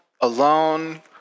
alone